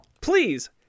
Please